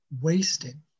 wasting